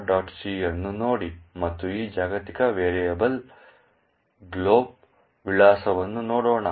c ಅನ್ನು ನೋಡಿ ಮತ್ತು ಈ ಜಾಗತಿಕ ವೇರಿಯಬಲ್ ಗ್ಲೋಬ್ನ ವಿಳಾಸವನ್ನು ನೋಡೋಣ